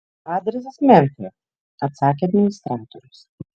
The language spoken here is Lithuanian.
adresas memfio atsakė administratorius